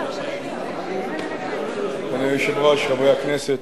אדוני היושב-ראש, חברי הכנסת,